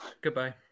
Goodbye